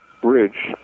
Bridge